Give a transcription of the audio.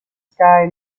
sky